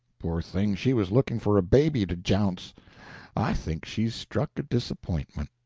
poor thing, she was looking for a baby to jounce i think she's struck a disapp'intment.